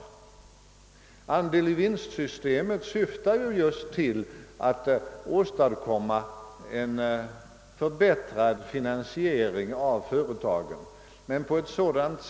Systemet med andel i vinst syftar bl.a. till att åstadkomma en förbättrad företagsfinansiering.